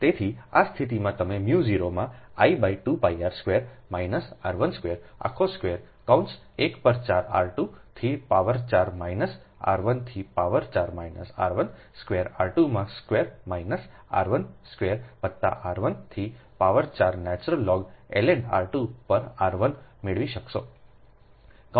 તેથી આ સ્થિતિમાં તમે 0 માં I2pir square minus r 1 square આખો સ્ક્વેર કૌંસ 1 પર 4 r2 થી પાવર 4 માઇનસ r1 થી power 4 minus r1 square r2 માં સ્ક્વેર માઈનસ r 1 સ્ક્વેર વત્તા r 1 થી power 4 natural log ln r2 પર r1 મેળવી શકશો